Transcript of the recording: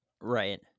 right